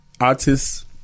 Artists